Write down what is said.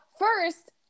First